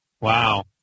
wow